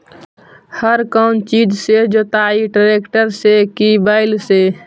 हर कौन चीज से जोतइयै टरेकटर से कि बैल से?